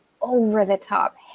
over-the-top